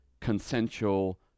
consensual